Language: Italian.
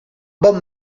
bob